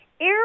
Air